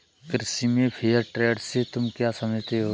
कृषि में fair trade से तुम क्या समझते हो?